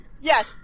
Yes